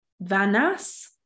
Vanas